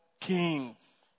kings